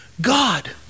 God